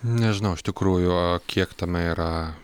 nežinau iš tikrųjų kiek tame yra